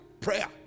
Prayer